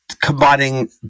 combining